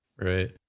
right